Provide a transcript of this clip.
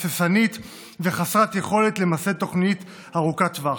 הססנית וחסרת יכולת למסד תוכנית ארוכת טווח.